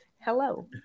hello